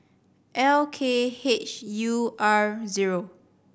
L K H U R zero